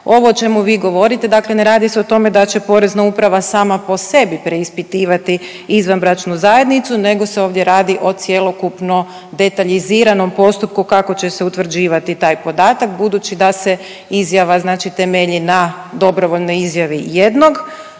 Ovo o čemu vi govorite dakle ne radi se o tome da će porezna uprava sama po sebi preispitivati izvanbračnu zajednicu, nego se ovdje radi o cjelokupno detaljiziranom postupku kako će se utvrđivati taj podatak budući da se izjava znači temelji na dobrovoljnoj izjavi jednog